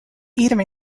either